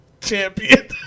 champion